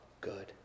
good